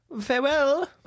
Farewell